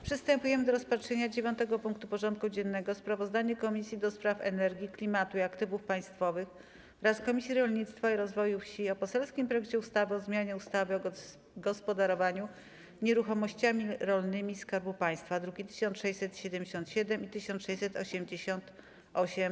Przystępujemy do rozpatrzenia punktu 9. porządku dziennego: Sprawozdanie Komisji do Spraw Energii, Klimatu i Aktywów Państwowych oraz Komisji Rolnictwa i Rozwoju Wsi o poselskim projekcie ustawy o zmianie ustawy o gospodarowaniu nieruchomościami rolnymi Skarbu Państwa (druki nr 1677 i 1688)